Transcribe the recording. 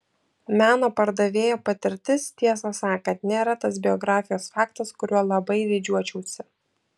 meno pardavėjo patirtis tiesą sakant nėra tas biografijos faktas kuriuo labai didžiuočiausi